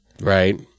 right